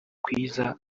kwiza